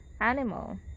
animal